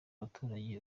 abaturage